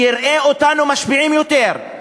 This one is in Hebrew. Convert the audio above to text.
יראה אותנו משפיעים יותר,